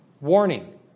warning